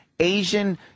Asian